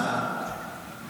ההסדר קובע גם